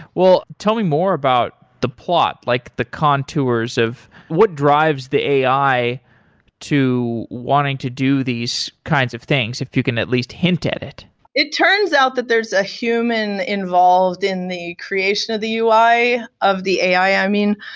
well, tell me more about the plot, like the contours of what drives the ai to wanting to do these kinds of things, if you can at least hint at it it turns out that there's a human involved in the creation of the ui of the ai, i mean.